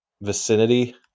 vicinity